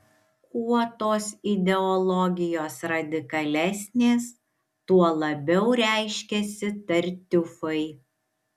kuo tos ideologijos radikalesnės tuo labiau reiškiasi tartiufai